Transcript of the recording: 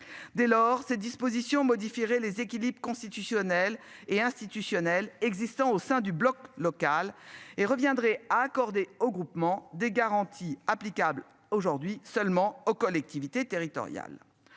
Dès lors, ces dispositions modifierait les équilibres constitutionnels et institutionnels existants au sein du bloc local et reviendrait à accorder au groupement des garanties applicables aujourd'hui seulement aux collectivités territoriales.